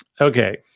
Okay